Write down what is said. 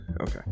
Okay